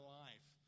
life